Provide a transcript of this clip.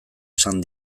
esan